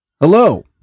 hello